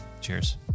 Cheers